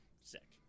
sick